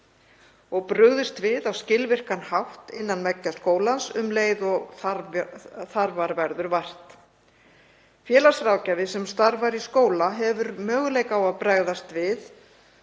og brugðist við á skilvirkan hátt innan veggja skólans um leið og þarfar verður vart. Félagsráðgjafi sem starfar í skóla hefur möguleika á að bregðast